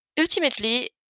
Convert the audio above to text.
ultimately